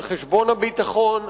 על חשבון הביטחון,